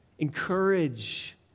encourage